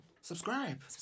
subscribe